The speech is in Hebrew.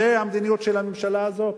זו המדיניות של הממשלה הזאת?